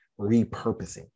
repurposing